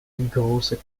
große